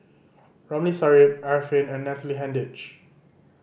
Ramli Sarip Arifin and Natalie Hennedige